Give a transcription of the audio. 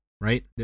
right